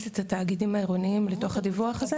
את התאגידים העירוניים לתוך הדיווח הזה,